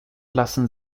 lassen